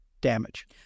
damage